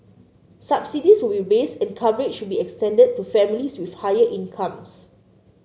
subsidies will be raised and coverage will be extended to families with higher incomes